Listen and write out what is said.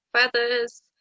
feathers